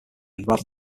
rather